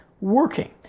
working